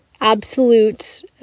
absolute